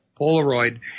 Polaroid